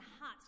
hot